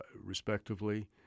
respectively